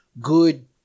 good